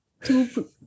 two